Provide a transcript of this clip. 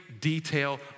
detail